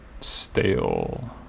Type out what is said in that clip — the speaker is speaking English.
stale